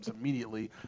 immediately